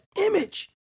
image